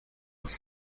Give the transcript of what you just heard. was